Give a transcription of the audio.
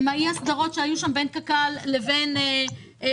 על אי ההסדרים שהיו שם בין קק"ל לבין הפארק.